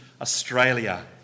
Australia